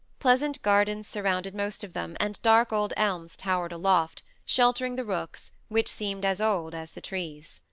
pleasant gardens surrounded most of them, and dark old elms towered aloft, sheltering the rooks, which seemed as old as the trees.